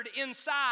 inside